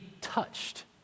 touched